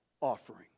offering